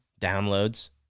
downloads